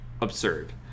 absurd